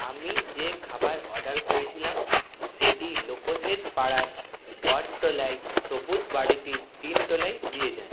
আমি যে খাবার অর্ডার করেছিলাম সেটি লোকোশিত পাড়ার বটতলায় সবুজ বাড়িটির তিনতলায় দিয়ে যান